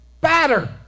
Batter